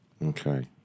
Okay